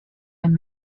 and